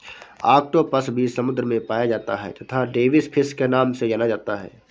octopus भी समुद्र में पाया जाता है तथा डेविस फिश के नाम से जाना जाता है